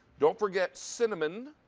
don't forget cinnamon.